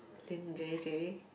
Lin-J-J